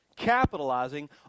Capitalizing